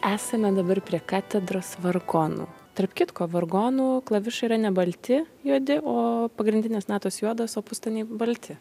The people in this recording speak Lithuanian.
esame dabar prie katedros vargonų tarp kitko vargonų klavišai yra ne balti juodi o pagrindinės natos juodos o pustoniai balti